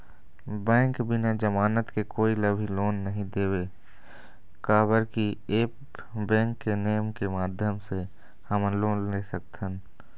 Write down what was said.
Bank बिना जमानत के कोई ला भी लोन नहीं देवे का बर की ऐप बैंक के नेम के माध्यम से हमन लोन ले सकथन?